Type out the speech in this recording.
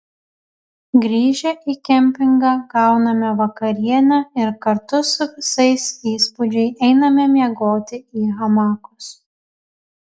grįžę į kempingą gauname vakarienę ir kartu su visais įspūdžiai einame miegoti į hamakus